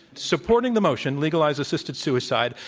supporting the motion, legalize assisted suicide,